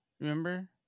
Remember